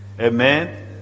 Amen